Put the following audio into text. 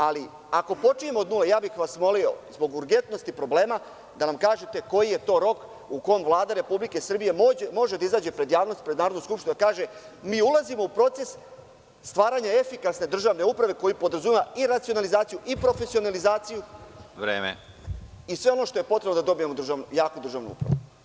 Ali, ako počinjemo od nule, molio bih vas zbog urgentnosti problema da nam kažete koji je to rok u kojem Vlada RS može da izađe pred javnost, Narodnu skupštinu i kaže – mi ulazimo u proces stvaranja efikasne državne uprave koja podrazumeva racionalizaciju, profesionalizaciju i sve ono što je potrebno da dobijemo jaku državnu upravu.